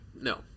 No